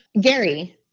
Gary